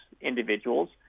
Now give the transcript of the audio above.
individuals